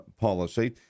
policy